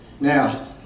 now